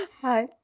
Hi